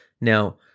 Now